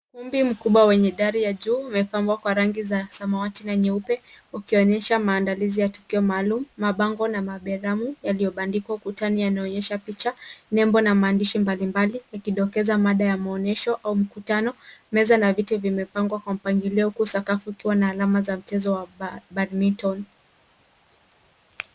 Ukumbi mkubwa wenye dari ya juu umepambwa kwa rangi za samawati na nyeupe ukionyesha maandalizi ya tukio maalum. Mabango na maberamu yaliyobandikwa ukutani yanaonyesha picha. Nembo na maandishi mbalimbali yakidokeza mada ya maonyesho au mkutano. Meza na viti vimepangwa kwa mpangilio huku sakafu ikiwa na alama za mchezo wa badminton .